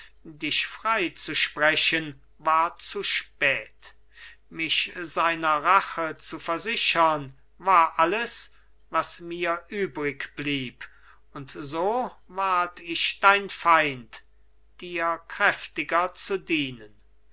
dich freizusprechen war zu spät mich seiner rache zu versichern war alles was mir übrigblieb und so ward ich dein feind dir kräftiger zu dienen